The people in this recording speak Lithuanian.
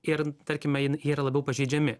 ir tarkime jin jie yra labiau pažeidžiami